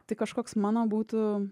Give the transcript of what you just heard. tai kažkoks mano būtų